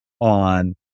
on